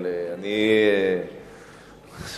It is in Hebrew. אם זה